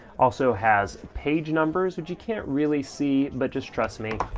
also has page numbers, which you can't really see, but just trust me,